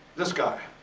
this guy.